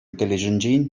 тӗлӗшӗнчен